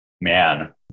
Man